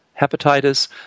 hepatitis